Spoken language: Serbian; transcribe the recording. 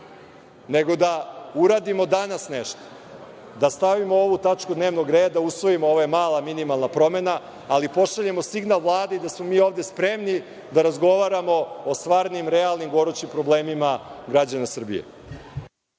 nego da uradimo danas nešto, da stavimo ovu tačku dnevnog reda, usvojimo, ovo je mala, minimalna promena, ali pošaljemo signal Vladi da smo mi ovde spremni da razgovaramo o stvarnim i realnim gorućim problemima građana Srbije.